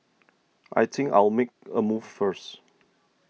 I think I'll make a move first